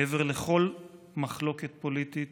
מעבר לכל מחלוקת פוליטית,